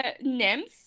nymphs